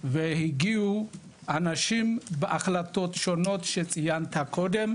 והגיעו אנשים בהחלטות שונות שציינת קודם,